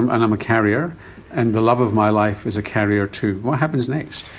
i'm and um a carrier and the love of my life is a carrier too, what happens next?